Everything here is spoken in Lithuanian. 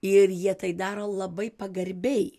ir jie tai daro labai pagarbiai